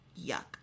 yuck